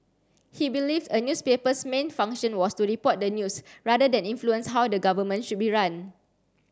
he believed a newspaper's main function was to report the news rather than influence how the government should be run